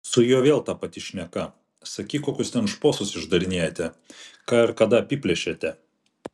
su juo vėl ta pati šneka sakyk kokius ten šposus išdarinėjate ką ir kada apiplėšėte